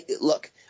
look